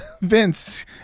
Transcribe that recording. vince